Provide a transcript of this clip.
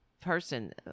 person